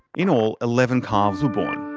in all, eleven calves were born.